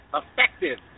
effective